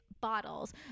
bottles